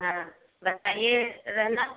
हाँ बताइए रहना